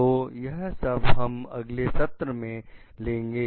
तो यह सब हम अगले सत्र में लेंगे